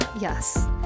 Yes